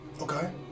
Okay